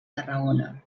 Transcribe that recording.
tarragona